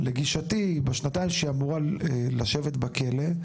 לגישתי בשנתיים שהיא אמורה לשבת בכלא,